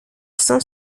cent